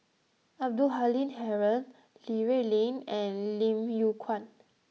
Abdul Halim Haron Li Rulin and Lim Yew Kuan